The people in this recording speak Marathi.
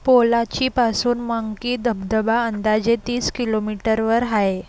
पोलाचीपासून मंकी धबधबा अंदाजे तीस किलोमीटरवर आहे